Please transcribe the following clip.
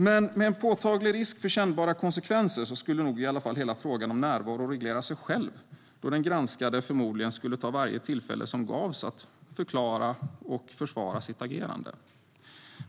Men med en påtaglig risk för kännbara konsekvenser skulle nog i alla fall hela frågan om närvaro reglera sig själv, då den granskade förmodligen skulle ta varje tillfälle som ges att förklara och försvara sitt agerande.